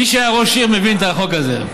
מי שהיה ראש עיר מבין את החוק הזה.